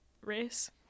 race